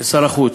לשר החוץ,